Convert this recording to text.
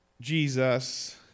Jesus